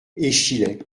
échillais